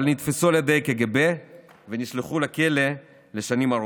אבל נתפסו על ידי הקג"ב ונשלחו לכלא לשנים ארוכות.